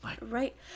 Right